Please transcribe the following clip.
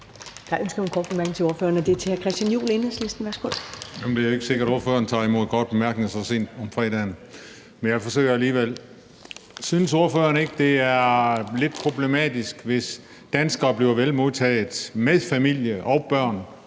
er ønske om en kort bemærkning til ordføreren, og det er fra hr. Christian Juhl, Enhedslisten. Værsgo. Kl. 15:12 Christian Juhl (EL): Det er ikke sikkert, at ordføreren tager imod korte bemærkninger så sent om fredagen, men jeg forsøger alligevel. Synes ordføreren ikke, det er lidt problematisk, hvis danskere bliver vel modtaget med familie og børn